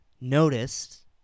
noticed